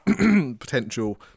potential